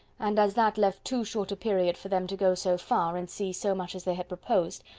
and as that left too short a period for them to go so far, and see so much as they had proposed,